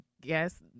guess